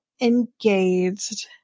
engaged